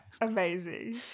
amazing